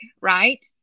right